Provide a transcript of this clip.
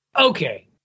Okay